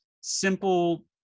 simple